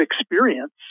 experience